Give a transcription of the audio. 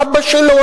אבא שלו,